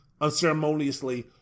unceremoniously